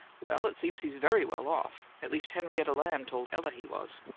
well, it seems he's very well off at least henrietta lamb told ella he was.